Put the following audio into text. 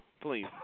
Please